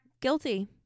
guilty